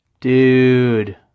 Dude